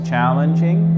Challenging